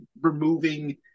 removing